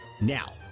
Now